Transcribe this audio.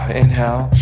inhale